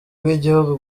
bw’igihugu